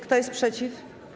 Kto jest przeciw?